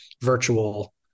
virtual